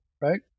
right